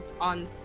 on